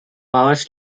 powers